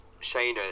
Shayna